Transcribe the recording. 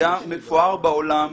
היה מפואר בעולם